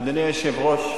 אדוני היושב-ראש,